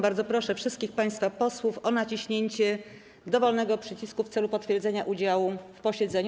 Bardzo proszę wszystkich państwa posłów o naciśnięcie dowolnego przycisku w celu potwierdzenia udziału w posiedzeniu.